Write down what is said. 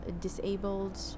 Disabled